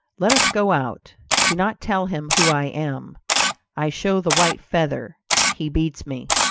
let us go out do not tell him who i am i show the white feather he beats me.